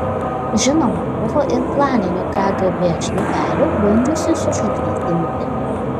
žinoma buvo ir planinių kgb šnipelių bandžiusių sužlugdyti mitingą